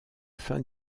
fin